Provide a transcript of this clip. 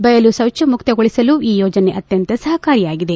ಬಯಲು ಶೌಚ ಮುಕ್ತಗೊಳಿಸಲು ಈ ಯೋಜನೆ ಅತ್ಯಂತ ಸಹಕಾರಿಯಾಗಿದೆ